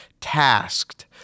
tasked